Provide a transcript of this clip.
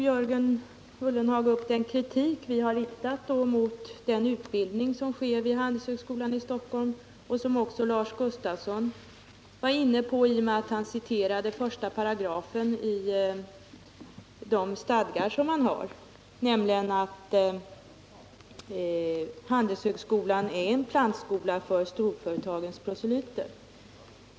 Jörgen Ullenhag tog också upp den kritik som vi riktat mot den utbildning som sker vid Handelshögskolan i Stockholm och som också Lars Gustafsson var inne på i och med att han citerade § 1 i de stadgar man där har, nämligen den att handelshögskolan är en plantskola för storföretagens proselyter.